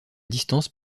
distance